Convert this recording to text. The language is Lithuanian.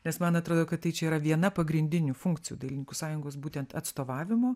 nes man atrodo kad tai čia yra viena pagrindinių funkcijų dailininkų sąjungos būtent atstovavimo